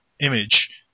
image